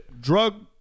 Drug